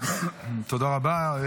תודה רבה.